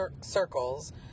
circles